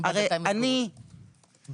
הרי אני --- אגב,